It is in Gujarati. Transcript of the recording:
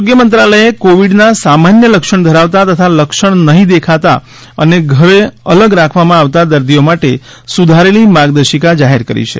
આરોગ્ય મંત્રાલયે કોવિડના સામાન્ય લક્ષણ ધરાવતા તથા લક્ષણ નહીં દેખાતા અને ધરે અલગ રાખવામાં આવતા દર્દીઓ માટે સુધારેલી માર્ગદર્શિકા જાહેર કરી છે